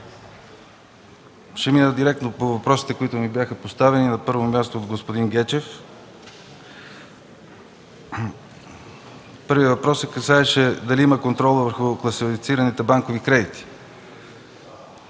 Ще премина директно към въпросите, които ми бяха поставени, на първо място, от господин Гечев. Първият въпрос касаеше контрола върху класифицираните банкови кредити.